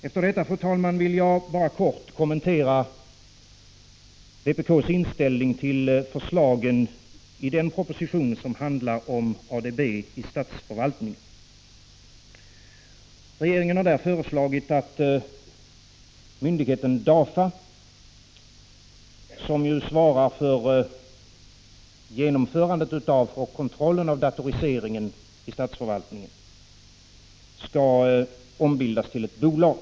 Efter detta, fru talman, vill jag bara kortfattat kommentera vpk:s inställning till förslagen i den proposition som handlar om ADB i statsförvaltningen. Regeringen har föreslagit att myndigheten DAFA, som svarar för genomförandet och kontrollen av datoriseringen inom statsförvaltningen, skall ombildas till ett bolag.